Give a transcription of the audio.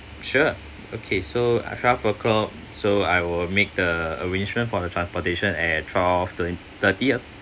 sure okay so ah twelve o'clock so I will make the arrangement for the transportation at twelve thi~ thirty ah